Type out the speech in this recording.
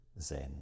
Zen